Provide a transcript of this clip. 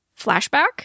flashback